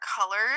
colors